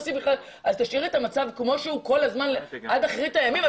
אז תשאירי את המצב כמו שהוא כל הזמן עד אחרית הימים?